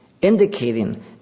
indicating